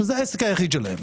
מדובר?